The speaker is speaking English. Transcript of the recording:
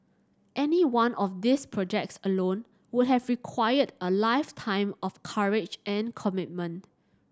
any one of these projects alone would have required a lifetime of courage and commitment